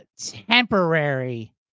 temporary